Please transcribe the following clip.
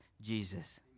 Jesus